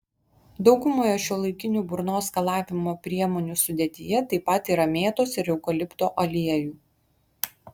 daugumoje šiuolaikinių burnos skalavimo priemonių sudėtyje taip pat yra mėtos ir eukalipto aliejų